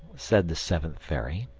said the seventh fairy,